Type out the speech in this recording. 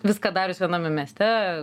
viską darius viename mieste